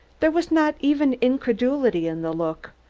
there was not even incredulity in the look,